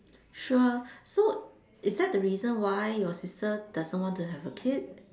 sure so is that the reason why your sister doesn't want to have a kid